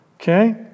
Okay